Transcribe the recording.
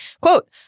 quote